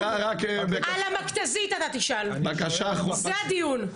על המכת"זית אתה תשאל, זה הדיון.